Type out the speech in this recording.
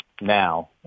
Now